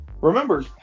Remember